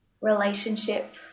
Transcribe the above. relationship